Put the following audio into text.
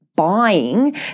buying